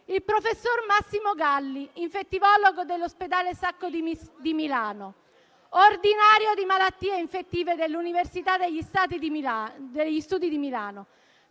Il professor Massimo Galli, infettivologo dell'ospedale Sacco di Milano, ordinario di malattie infettive dell'università degli studi di Milano: